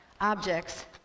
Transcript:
objects